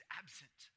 absent